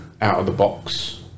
out-of-the-box